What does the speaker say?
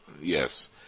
yes